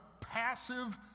passive